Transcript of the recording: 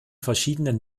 verschiedenen